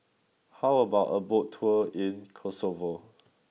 how about a boat tour in Kosovo